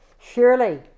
surely